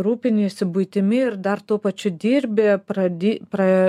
rūpiniesi buitimi ir dar tuo pačiu dirbi pradi pra